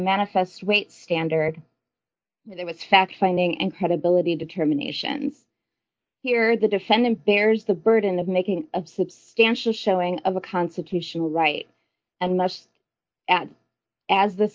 manifest weight standard that it was fact finding and credibility determination here the defendant bears the burden of making a substantial showing of a constitutional right and must add as th